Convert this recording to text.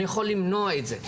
אני יכול למנוע את זה.